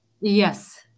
Yes